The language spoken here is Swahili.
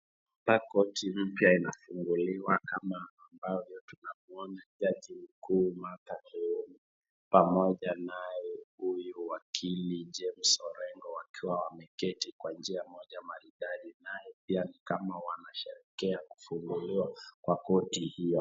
Hapa koti mpya inafunguliwa, kama ambavyo tunamwona jaji mkuu Martha Koome pamoja na naye huyu wakili James Orengo wakiwa wameketi kwa njia moja maridadi, nayo pia nikama wanasherehekea kufunguliwa kwa koti hii.